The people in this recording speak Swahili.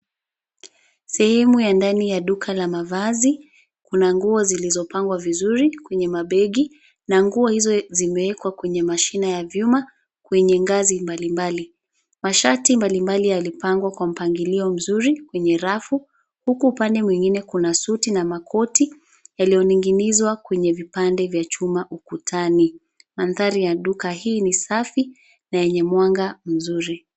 Sehemu ya ndani ya duka la mavazi, kuna nguo zilizopangwa vizuri kwenye mabegi na nguo hizo zimewekwa kwenye mashina ya vyuma, kwenye ngazi mbalimbali. Mashati mbalimbali yalipangwa kwa mpangilio mzuri kwenye rafu, huku upande mwingine kuna suti na makoti yaloyoninginizwa, kwenye vipande vya chuma ukutani. Mandhari ya duka hii ni safi na yenye mwanga mzuri.